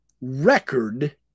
record